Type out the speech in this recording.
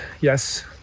Yes